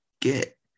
get